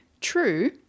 True